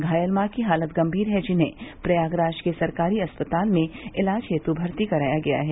घायल मॉ की हालत गम्भीर है जिन्हें प्रयागराज के सरकारी अस्पताल में इलाज हेतु भर्ती कराया गया है